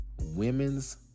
women's